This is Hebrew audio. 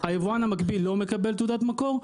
היבואן המקביל לא מקבל תעודת מקור,